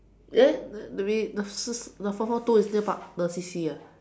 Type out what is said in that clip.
eh the we the 四 the four four two is near pa~ the C_C ah